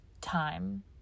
time